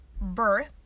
Birth